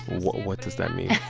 what what does that mean, yeah